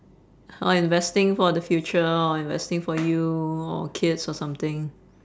or investing for the future or investing for you or kids or something